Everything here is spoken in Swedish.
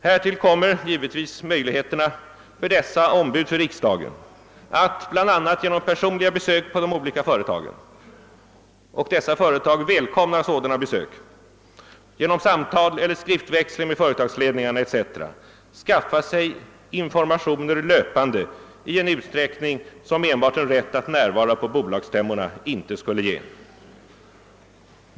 Härtill kommer givetvis möjligheter för dessa ombud för riksdagen att, bl.a. genom personliga besök på de olika företagen — dessa företag välkomnar sådana besök — och genom samtal eller skriftväxling med företagsledningarna etc., skaffa sig informationer löpande i en utsträckning som enbart en rätt att närvara på bolagsstämmor inte skulle ge.